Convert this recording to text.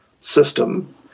system